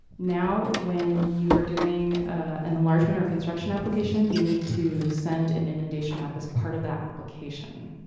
now when you are doing an enlargement or construction application, you need to send an inundation app as part of that application.